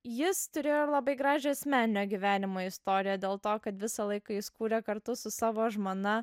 jis turėjo ir labai gražią asmeninio gyvenimo istoriją dėl to kad visą laiką jis kūrė kartu su savo žmona